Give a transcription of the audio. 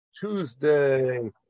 Tuesday